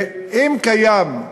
אם קיימות הזדמנויות,